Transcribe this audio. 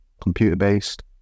computer-based